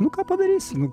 nu ką padarysi nu